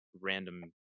random